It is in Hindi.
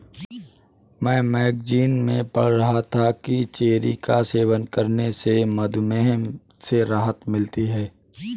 मैं मैगजीन में पढ़ रहा था कि चेरी का सेवन करने से मधुमेह से राहत मिलती है